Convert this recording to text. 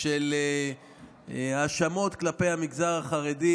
של האשמות כלפי המגזר החרדי,